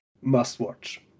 must-watch